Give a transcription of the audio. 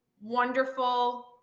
wonderful